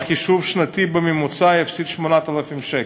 בחישוב שנתי בממוצע יפסיד 8,000 שקל.